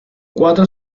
cuatro